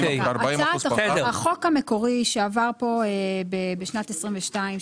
החוק המקורי שעבר פה בשנת 2022,